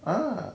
ah